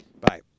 Bye